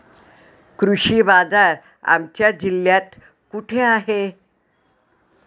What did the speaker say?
कृषी बाजार आमच्या जिल्ह्यात कुठे आहे?